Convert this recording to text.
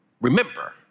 Remember